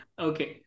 Okay